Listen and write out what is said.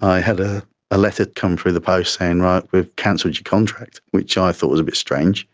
i had ah a letter come through the post saying, right, we've cancelled your contract, which i thought was a bit strange.